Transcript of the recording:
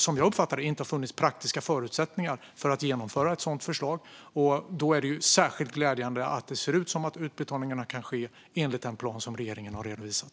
Som jag uppfattar det har det inte funnits praktiska förutsättningar att genomföra ett sådant förslag. Då är det särskilt glädjande att det ser ut som att utbetalningarna kan ske enligt den plan som regeringen har redovisat.